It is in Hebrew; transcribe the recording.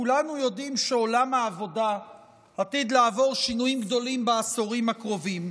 כולנו יודעים שעולם העבודה עתיד לעבור שינויים גדולים בעשורים הקרובים,